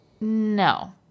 No